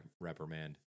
reprimand